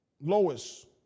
Lois